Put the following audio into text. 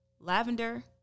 lavender